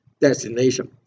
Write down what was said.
destination